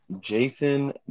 Jason